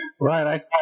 Right